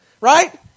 Right